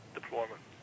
deployment